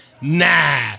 Nah